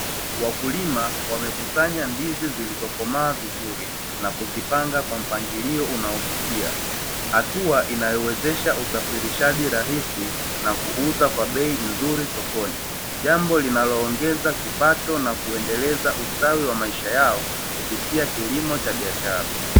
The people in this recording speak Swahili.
Wakulima wamekusanya ndizi zilizokomaa vizuri, na kuzipanga kwa mpangilio unaovutia. Hatua inayowezesha usafirishaji rahisi na kuuza kwa bei nzuri sokoni. Jambo linaloongeza kipato na kuendeleza ustawi wa maisha yao, kupitia kilimo cha biashara.